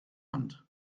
hand